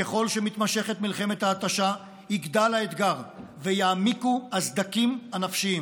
ככל שמתמשכת מלחמת ההתשה יגדל האתגר ויעמיקו הסדקים הנפשיים.